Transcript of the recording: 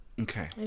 Okay